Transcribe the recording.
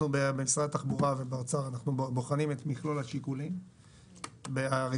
אנחנו במשרד התחבורה ובאוצר בוחנים את מכלול השיקולים הרגולטוריים,